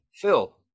phil